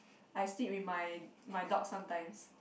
I sleep with my my dog sometimes